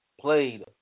played